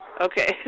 okay